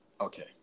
Okay